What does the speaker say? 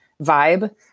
vibe